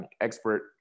expert